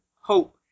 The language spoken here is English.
hope